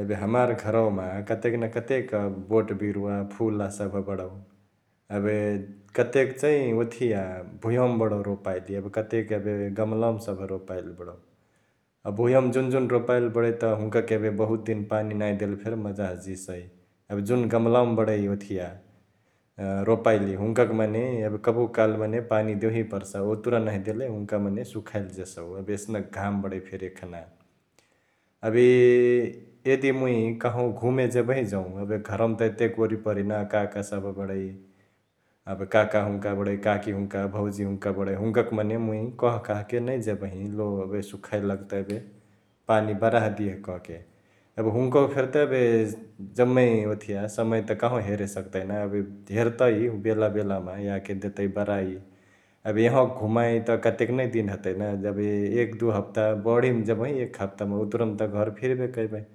एबे हमार घरवामा कतेक न कतेक बोटबिरुवा फुला सभ बडउ । एबे कतेक चैं ओथिया भुयवा मा बडौ रोपइली एबे कतेक एबे गमलवा सभ रोपाईली बडउ । अ भुंयवामा जुन जुन रोपईली बडै त हुन्काके एबे बहुत दिन पानी नांही देले फेरी मजसे जिसई एबे जुन गमलावा मा बडै ओथिया रोपईली हुन्काके मने एबे कबहुकाली मने पानी देहुई परसउ, उतुरा नांही देले हुन्का मने सुखाइली जेसौ एबे एसनक घाम बडै फेरी एखना । एबे यदी मुइ कहहु घुमे जेबही जौं एबे घरवमा त एतेक ओरिपरी ना काका सभ बडै, एबे काका हुन्का बडै काकी हुन्का भौजी हुन्का बडै, हुन्काके मने मुइ कहकाहके जेबही लो एबे सुखाए लगतई एबे पानी बरा दिहे कहके । एबे हुन्कहु फेरी त एबे जम्मै ओथिया समय त कहवां हेरे सकतई ना एबे ,हेरतई बेला बेला मा याके देतै बरई । एबे यह्ँवाक घुमाई त कतेक नै दिन हतै ना एक दुइ हप्ता, बढी मा जेबही एक हप्ता मा उतुरा मा त घर फिरबे करबही ।